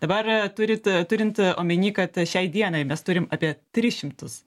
dabar turit turint omenyje kad šiai dienai mes turim apie tris šimtus